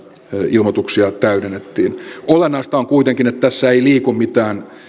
ilmoituksia täydennettiin olennaista on kuitenkin että tässä ei liiku mitään